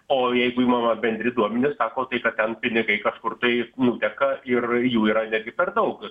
o jeigu įmama bendri duomenys sako tai kad ten pinigai kažkur tai nuteka ir jų yra netgi per daug